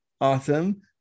Awesome